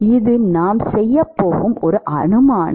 இது நாம் செய்யப்போகும் ஒரு அனுமானம்